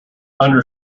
under